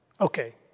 Okay